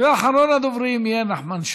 אחרון הדוברים יהיה נחמן שי.